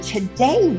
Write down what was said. Today